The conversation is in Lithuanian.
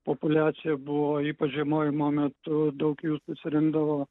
populiacija buvo ypač žiemojimo metu daug jų susirinkdavo